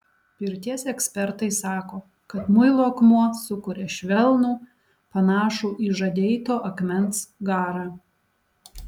pirties ekspertai sako kad muilo akmuo sukuria švelnų panašų į žadeito akmens garą